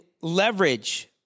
leverage